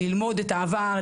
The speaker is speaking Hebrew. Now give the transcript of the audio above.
ללמוד את העבר,